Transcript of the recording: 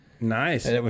Nice